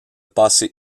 passer